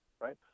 right